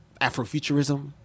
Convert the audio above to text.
Afrofuturism